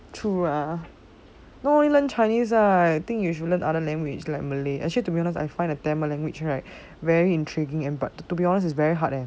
true ah not only learn chinese ah I think you should learn other language like malay actually to be honest I find a tamil language right very intriguing and but to be honest is very hard leh